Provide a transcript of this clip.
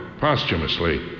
posthumously